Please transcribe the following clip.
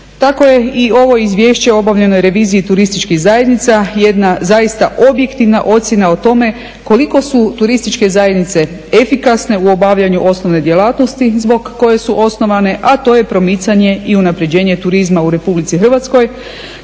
Tako je i ovo izvješće o obavljenoj reviziji turističkih zajednica jedna zaista objektivna ocjena o tome koliko su turističke zajednice efikasne u obavljanju osnove djelatnosti zbog koje su osnovane, a to je promicanje i unaprjeđenje turizma u Republici Hrvatskoj.